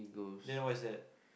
then what is that